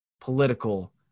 political